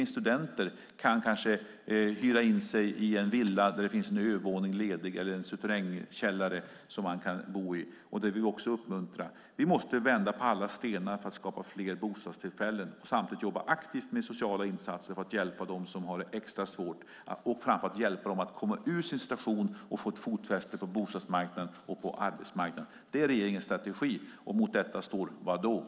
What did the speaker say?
Studenter kan kanske hyra in sig i en villa där det finns en övervåning eller en souterrängkällare ledig. Sådant vill vi uppmuntra. Vi måste vända på alla stenar för att skapa fler bostadstillfällen och samtidigt jobba aktivt med sociala insatser för att hjälpa dem som har det extra svårt att komma ur sin situation och få ett fotfäste på bostadsmarknaden och arbetsmarknaden. Det är regeringens strategi. Vad står mot detta?